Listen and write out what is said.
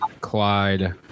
Clyde